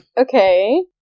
okay